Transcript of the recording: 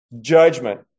judgment